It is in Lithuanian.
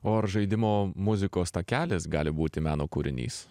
o ar žaidimo muzikos takelis gali būti meno kūrinys